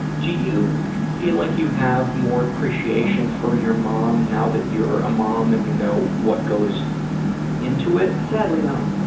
do you feel like you have more appreciation for your mom now that you're a mom and you know what goes into it? sadly no.